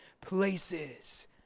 places